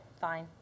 Fine